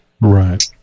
Right